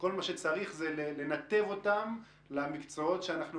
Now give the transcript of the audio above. כל מה שצריך זה לנתב אותם למקצועות שאנחנו